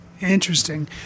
Interesting